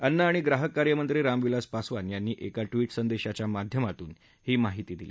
अन्न आणि य्राहक कार्य मंत्री रामविलास पासवान यांनी एका ट्विट संदेशाच्या माध्यमातून ही माहिती दिली